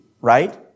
right